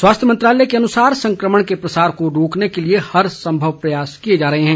स्वास्थ्य मंत्रालय के अनुसार संक्रमण के प्रसार को रोकने के लिए हर संभव प्रयास किए जा रहे हैं